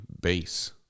base